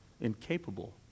incapable